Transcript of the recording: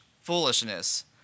foolishness